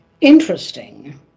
Interesting